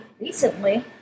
recently